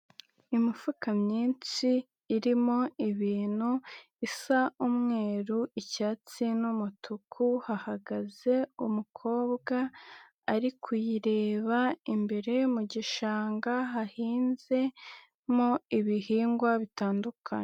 Imifuka myinshi irimo ibintu bisa umweru icyatsi n'umutuku, hahagaze umukobwa ari kuyireba imbere mu gishanga hahinzemo ibihingwa bitandukanye.